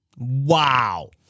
Wow